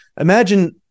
Imagine